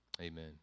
Amen